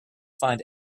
find